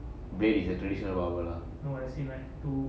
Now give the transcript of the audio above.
blade is the traditional barber lah